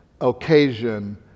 occasion